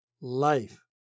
life